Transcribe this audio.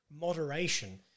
moderation